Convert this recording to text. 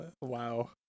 Wow